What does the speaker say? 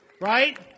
right